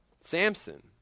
Samson